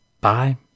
Bye